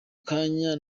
kanya